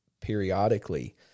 periodically